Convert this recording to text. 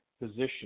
position